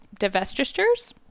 divestitures